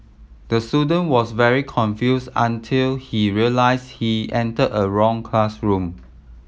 the student was very confused until he realised he entered a wrong classroom